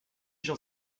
j’en